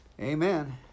Amen